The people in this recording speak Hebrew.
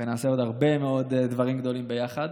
ונעשה עוד הרבה מאוד דברים גדולים ביחד.